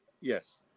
Yes